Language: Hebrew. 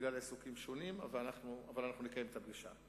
בגלל עיסוקים שונים, אבל אנחנו נקיים את הפגישה.